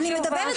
אני מדברת סינית?